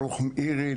ברוך מאירי,